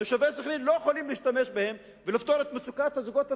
תושבי סח'נין לא יכולים להשתמש בהם ולפתור את מצוקת הזוגות הצעירים.